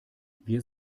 wir